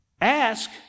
ask